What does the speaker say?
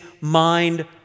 mind